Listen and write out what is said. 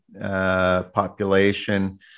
population